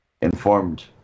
informed